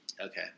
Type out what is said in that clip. Okay